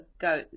go